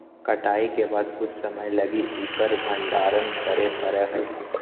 कटाई के बाद कुछ समय लगी उकर भंडारण करे परैय हइ